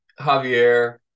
Javier